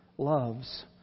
Loves